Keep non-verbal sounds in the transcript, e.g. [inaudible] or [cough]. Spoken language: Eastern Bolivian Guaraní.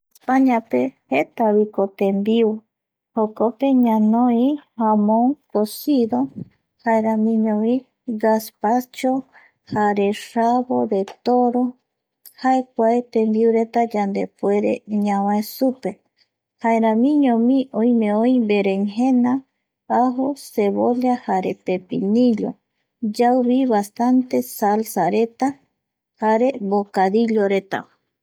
Españape jetako [noise] tembiu, jokope ñanoi [noise] jamon cocido, jaeramiñovi gaspacho [noise] jare rabo de toro, jae kua [noise] tembiureta yandepuere [noise] ñavae supe, jaeramiñovi oime oi verengena [noise] ajo cebolla, jare pepinillo, yauvi bastante salsareta jare bocadilloreta